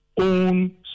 own